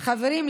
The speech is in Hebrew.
חברים,